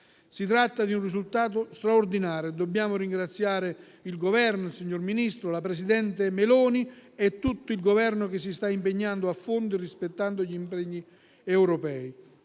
Si tratta di un risultato straordinario e dobbiamo ringraziare il Governo, il signor Ministro e la presidente Meloni, che si stanno impegnando a fondo, rispettando gli impegni europei.